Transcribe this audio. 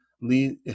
lead